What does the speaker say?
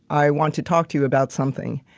i want to talk to you about something.